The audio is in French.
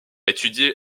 étudié